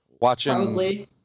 watching